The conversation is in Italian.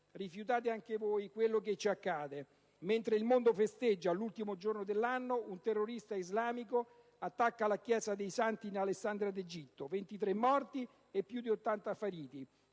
Rifiutate anche voi quello che ci accade! Mentre il mondo festeggia l'ultimo giorno dell'anno un terrorista islamico attacca la Chiesa dei Santi in Alessandria d'Egitto; 23 morti e più di 80 feriti.